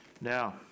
Now